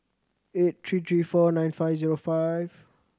eight three three four nine five zero five